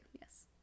yes